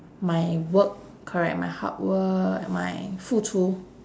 my work correct my hard work and my 付出